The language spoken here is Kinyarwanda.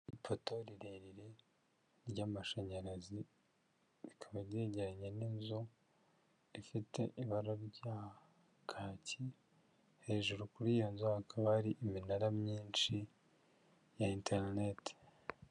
Ipoto rirerire ry'amashanyarazi, rikaba ryegenye n'inzu ifite iminara myinshi, hejuru kuri iyo nzu hakaba hari iminara myinshi ya interineti,